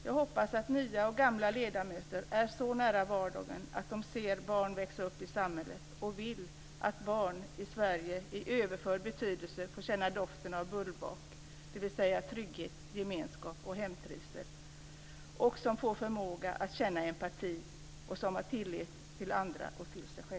Jag hoppas att nya och gamla ledamöter är så nära vardagen att de ser barn växa upp i samhället och att de vill att barn i Sverige i överförd betydelse får känna doften av bullbak, dvs. trygghet, gemenskap och hemtrivsel och att de får förmåga att känna empati och tillit till sig själva och andra.